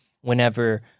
whenever